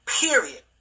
Period